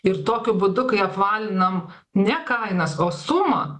ir tokiu būdu kai apvalinam ne kainas o sumą